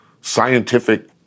scientific